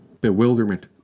Bewilderment